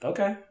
Okay